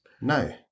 No